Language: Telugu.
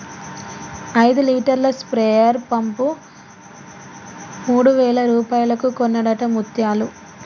ఐదు లీటర్ల స్ప్రేయర్ పంపు మూడు వేల రూపాయలకు కొన్నడట ముత్యాలు